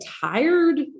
tired